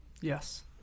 yes